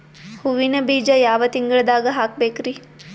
ಹೂವಿನ ಬೀಜ ಯಾವ ತಿಂಗಳ್ದಾಗ್ ಹಾಕ್ಬೇಕರಿ?